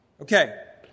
Okay